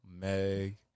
Meg